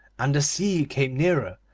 and the sea came nearer,